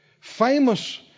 famous